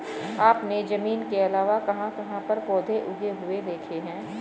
आपने जमीन के अलावा कहाँ कहाँ पर पौधे उगे हुए देखे हैं?